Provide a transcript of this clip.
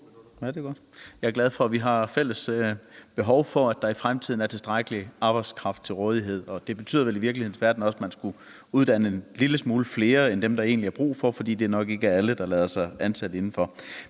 Jeg er glad for, at vi ser et fælles behov for, at der i fremtiden er tilstrækkelig arbejdskraft til rådighed. Det betyder vel i virkelighedens verden også, at man skulle uddanne en lille smule flere end dem, der egentlig er brug for, fordi det nok ikke er alle, der lader sig ansætte inden for